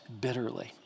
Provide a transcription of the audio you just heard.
bitterly